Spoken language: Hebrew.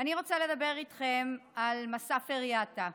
אני רוצה לדבר איתכם על מסאפר-יטא,